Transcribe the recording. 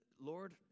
Lord